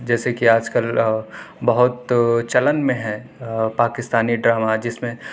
جیسے کہ آج کل ا بہت چلن میں ہے پاکستانی ڈراما جس میں